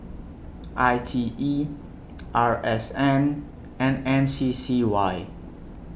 I T E R S N and M C C Y